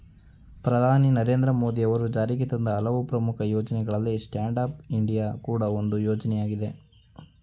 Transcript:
ಪ್ರಧಾನಿ ನರೇಂದ್ರ ಮೋದಿ ಅವರು ಜಾರಿಗೆತಂದ ಹಲವು ಪ್ರಮುಖ ಯೋಜ್ನಗಳಲ್ಲಿ ಸ್ಟ್ಯಾಂಡ್ ಅಪ್ ಇಂಡಿಯಾ ಕೂಡ ಒಂದು ಯೋಜ್ನಯಾಗಿದೆ